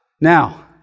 Now